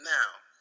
Now